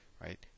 right